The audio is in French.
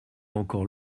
encore